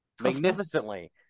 magnificently